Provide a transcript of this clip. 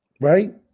right